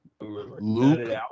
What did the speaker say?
Luke